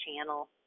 channel